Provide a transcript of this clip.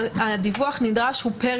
אבל הדיווח הנדרש הוא פר